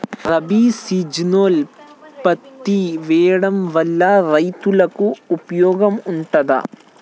రబీ సీజన్లో పత్తి వేయడం వల్ల రైతులకు ఉపయోగం ఉంటదా?